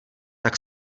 tak